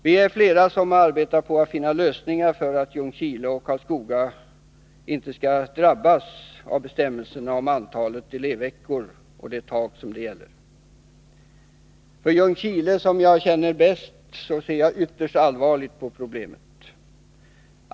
Vi är flera som arbetar på att finna lösningar för att Ljungskile och Karlskoga inte skall drabbas av bestämmelserna om antalet elevveckor och det tak som gäller. För Ljungskile, som jag känner bäst, ser jag ytterst allvarligt på problemen.